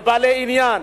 לבעלי עניין.